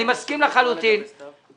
אני מסכים לחלוטין --- כבוד היושב-ראש,